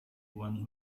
one